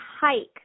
hike